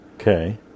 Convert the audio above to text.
Okay